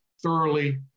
Thoroughly